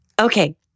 Okay